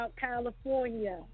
California